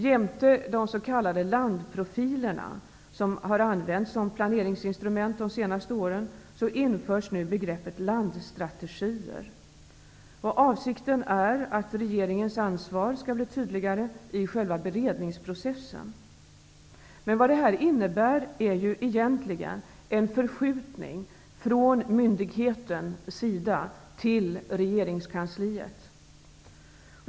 Jämte de s.k. landprofilerna, som använts som planeringsinstrument de senaste åren, införs nu begreppet landsstrategier. Avsikten är att regeringens ansvar skall bli tydligare i själva beredningsprocessen. Förslaget innebär egentligen en förskjutning från myndigheten, SIDA, till regeringskansliet.